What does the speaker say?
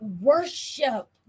worship